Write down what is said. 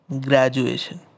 Graduation